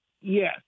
yes